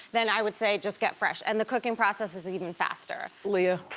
then i would say, just get fresh. and the cooking process is even faster. leah.